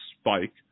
spike